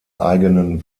eigenen